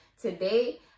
today